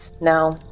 No